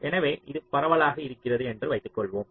எனவே இது பரவலாக இருக்கிறது என்று வைத்துக்கொள்வோம்